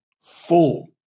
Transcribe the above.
full